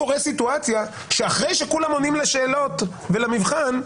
אחרי שכולם עונים על השאלות ועל המבחן,